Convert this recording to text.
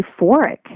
euphoric